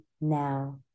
Now